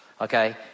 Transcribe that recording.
Okay